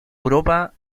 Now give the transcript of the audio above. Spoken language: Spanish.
europa